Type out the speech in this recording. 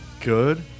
Good